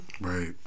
Right